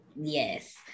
yes